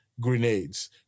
Grenades